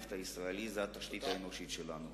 הנפט הישראלי, התשתית האנושית שלנו.